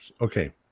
Okay